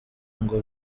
ngo